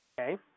Okay